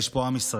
יש פה עם ישראל,